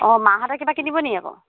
অঁ মাহতে কিবা কিনিবনি আকৌ